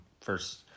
first